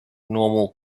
normal